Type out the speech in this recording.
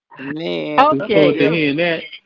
Okay